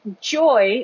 Joy